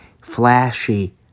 flashy